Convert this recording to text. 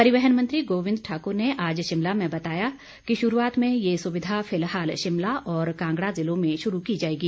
परिवहन मंत्री गोविंद ठाक्र ने आज शिमला में बताया कि शुरूआत में ये सुविधा फिलहाल शिमला और कांगड़ा जिलों में शुरू की जाएगी